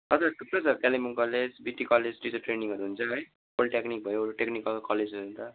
हजुर थुप्रो छ कालिम्पोङ कलेज बिटी कलेजतिर ट्रेनिङहरू हुन्छ है पोलिटेक्निक भयो टेक्निकल कलेजहरू हुन्छ